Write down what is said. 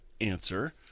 answer